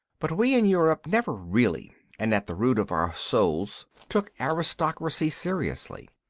but we in europe never really and at the root of our souls took aristocracy seriously.